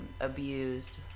abused